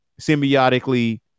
symbiotically